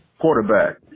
Quarterback